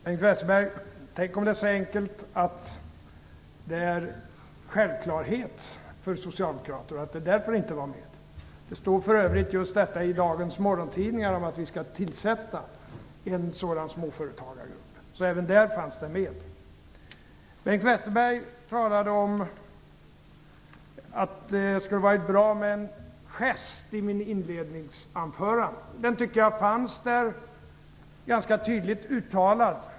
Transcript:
Herr talman! Tänk om det är så enkelt, Bengt Westerberg, att småföretagen är en självklarhet för socialdemokrater och därför inte nämndes! Det står för övrigt i dagens morgontidningar att vi skall tillsätta en småföretagargrupp, så även där fanns de med. Bengt Westerberg talade om att det skulle ha varit bra med en gest i mitt inledningsanförande. Jag tycker att den fanns där, ganska tydligt uttalad.